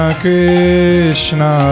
Krishna